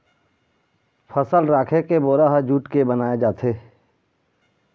फसल राखे के बोरा ह जूट के बनाए जाथे